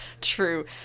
true